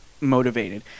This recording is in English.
motivated